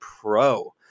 pro